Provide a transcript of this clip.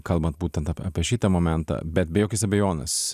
kalbant būtent apie apie šitą momentą bet be jokios abejonės